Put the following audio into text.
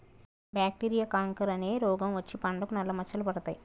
bacteria canker అనే రోగం వచ్చి పండ్లకు నల్ల మచ్చలు పడతాయి